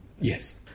Yes